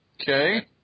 okay